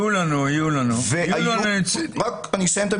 הוא יקרא בפרוטוקול.